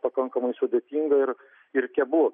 pakankamai sudėtinga ir ir keblu